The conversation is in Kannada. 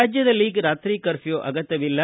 ರಾಜ್ಯದಲ್ಲಿ ರಾತ್ರಿ ಕರ್ಫ್ಯೂ ಅಗತ್ಯವಿಲ್ಲ